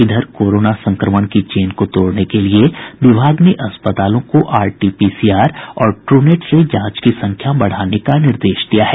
इधर कोरोना संक्रमण की चेन को तोड़ने के लिए विभाग ने अस्पतालों को आरटीपीसीआर और ट्रूनेट से जांच की संख्या बढ़ाने का निर्देश दिया है